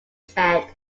said